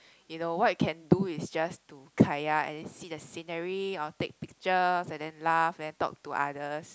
you know what you can do is just to kayak and then see the scenery or take picture and then laugh then talk to other